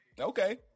okay